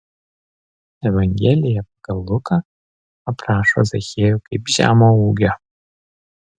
evangelija pagal luką aprašo zachiejų kaip žemo ūgio